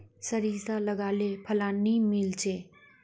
सारिसा लगाले फलान नि मीलचे?